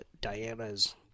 Diana's